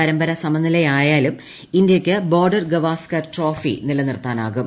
പരമ്പര സമനില ആയാലും ഇന്ത്യയ്ക്ക് ബോഡർ ഗവാസ്കർ ട്രോഫി നിലനിർത്താനാകും